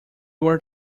were